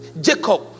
Jacob